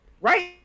right